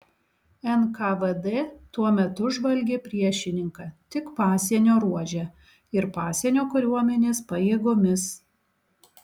nkvd tuo metu žvalgė priešininką tik pasienio ruože ir pasienio kariuomenės pajėgomis